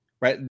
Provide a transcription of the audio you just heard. right